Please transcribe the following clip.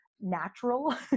natural